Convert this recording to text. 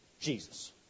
Jesus